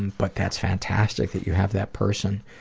but that's fantastic that you have that person,